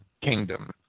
kingdom